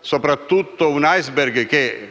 soprattutto,